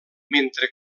mentre